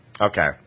Okay